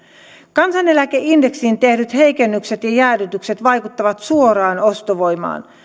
kansaneläkeindeksiin tehdyt heikennykset ja jäädytykset vaikuttavat suoraan ostovoimaan